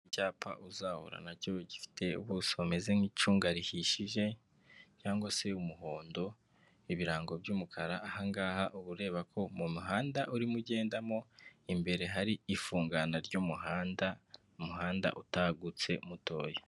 Icyapa uzahura na cyo gifite ubuso bumeze nk'icunga rihishije cyangwa se umuhondo, ibirango by'umukara ahangaha uba ureba ko mu muhanda urimo ugendamo imbere hari ifungana ry'umuhanda, umuhanda utagutse mutoya.